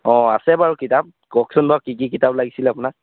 অঁ আছে বাউ কিতাপ কওকচোন বাৰু কি কি কিতাপ লাগিছিলে আপোনাক